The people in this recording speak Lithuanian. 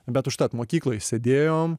bet užtat mokykloj sėdėjom